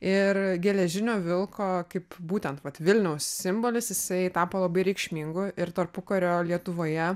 ir geležinio vilko kaip būtent vat vilniaus simbolis jisai tapo labai reikšmingu ir tarpukario lietuvoje